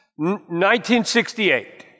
1968